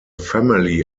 family